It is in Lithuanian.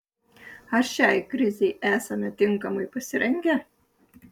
ar šiai krizei esame tinkamai pasirengę